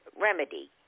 remedy